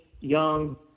young